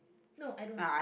no i don't